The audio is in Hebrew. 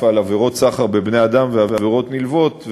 על עבירות סחר בבני-אדם ועבירות נלוות,